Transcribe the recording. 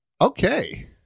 Okay